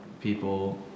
people